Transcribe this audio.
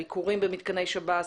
הביקורים במתקני שב"ס,